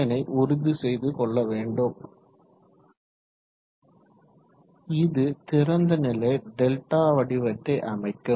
இதனை உறுதிசெய்து கொள்ள வேண்டும் இது திறந்த நிலை Δ வடிவத்தை அமைக்கும்